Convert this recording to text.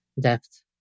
depth